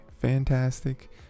fantastic